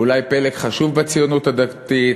אולי פלג חשוב בציונות הדתית,